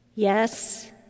Yes